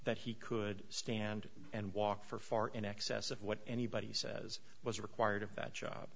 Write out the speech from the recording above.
that he could stand and walk for far in excess of what anybody says was required of that job